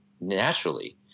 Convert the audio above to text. naturally